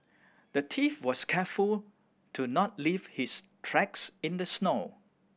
the thief was careful to not leave his tracks in the snow